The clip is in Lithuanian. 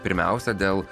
pirmiausia dėl